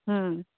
হুম